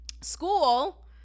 school